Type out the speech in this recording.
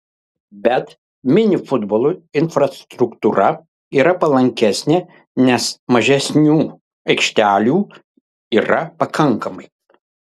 bet mini futbolui infrastruktūra yra palankesnė nes mažesniu aikštelių yra pakankamai